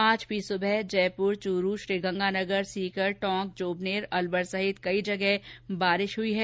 आज भी सुबह जयपुर चूरू श्रीगंगानगर सीकर टोंक जोबनेर अलवर सहित कई जगह बारिश हुई है